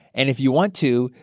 and if you want to,